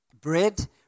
Bread